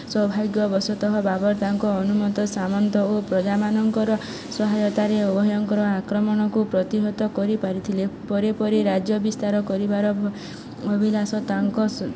ସୌଭାଗ୍ୟବଶତଃ ବାବର ତାଙ୍କ ଅନୁମତ ସାମନ୍ତ ଓ ପ୍ରଜାମାନଙ୍କର ସହାୟତାରେ ଉଭୟଙ୍କର ଆକ୍ରମଣକୁ ପ୍ରତିହତ କରିପାରିଥିଲେ ପରେ ପରେ ରାଜ୍ୟ ବିସ୍ତାର କରିବାର ଅଭିଳାଷ ତାଙ୍କ